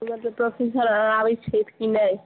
इधर तऽ प्रोफेसर आर आबैत छथि कि नहि